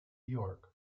york